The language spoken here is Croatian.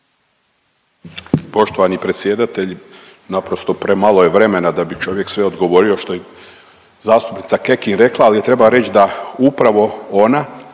Poštovani predsjedatelj naprosto premalo je vremena da bi čovjek sve odgovorio što je zastupnica Kekin rekla, ali joj treba reći da upravo ona